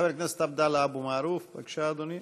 חבר הכנסת עבדאללה אבו מערוף, בבקשה, אדוני.